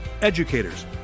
educators